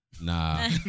Nah